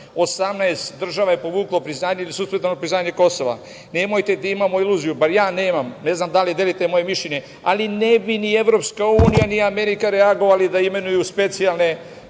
18 država je povuklo priznanje ili suspendovalo priznanje Kosova. Nemojte da imamo iluziju, bar ja nemam. Ne znam da li delite moje mišljenje, ali ne bi ni EU, ni Amerika reagovali da imenuju specijalne